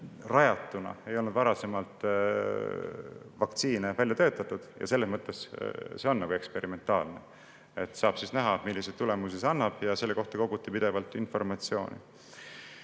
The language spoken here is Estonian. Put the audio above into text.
rajatuna ei olnud varasemalt vaktsiine välja töötatud ja selles mõttes on see nagu eksperimentaalne. Saab siis näha, milliseid tulemusi see annab, ja selle kohta koguti pidevalt informatsiooni.